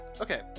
Okay